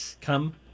come